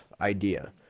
idea